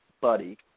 buddy